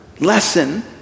lesson